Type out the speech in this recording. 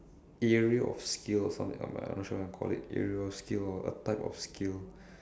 area of skill or something like that I'm not sure I want to call it area of skill or a type of skill